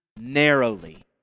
narrowly